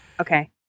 Okay